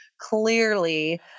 clearly